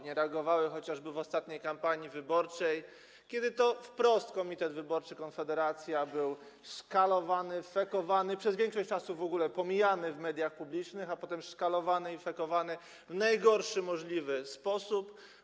Nie reagowały chociażby w ostatniej kampanii wyborczej, kiedy to wprost komitet wyborczy Konfederacja był szkalowany, fekowany, przez większość czasu w ogóle pomijany w mediach publicznych, a potem szkalowany i fekowany w najgorszy możliwy sposób.